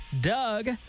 Doug